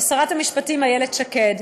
לשרת המשפטים איילת שקד,